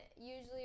usually